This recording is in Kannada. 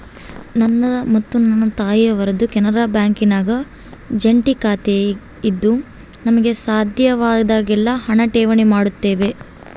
ನನ್ನ ಮತ್ತು ನನ್ನ ತಾಯಿಯವರದ್ದು ಕೆನರಾ ಬ್ಯಾಂಕಿನಾಗ ಜಂಟಿ ಖಾತೆಯಿದ್ದು ನಮಗೆ ಸಾಧ್ಯವಾದಾಗೆಲ್ಲ ಹಣ ಠೇವಣಿ ಮಾಡುತ್ತೇವೆ